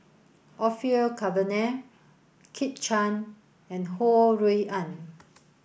Orfeur Cavenagh Kit Chan and Ho Rui An